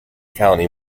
county